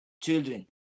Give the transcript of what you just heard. children